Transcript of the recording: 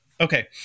okay